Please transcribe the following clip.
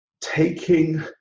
taking